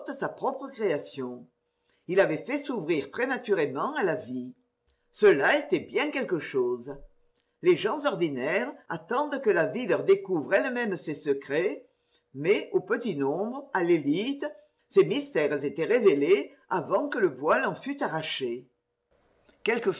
sa propre création il l'avait fait s'ouvrir prématurément à la vie cela était bien quelque chose les gens ordinaires attendent que la vie leur découvre elle-même ses secrets mais au petit nombre à l'élite ses mystères étaient révélés avant que le voile en fût arraché